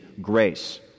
grace